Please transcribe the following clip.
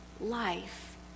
life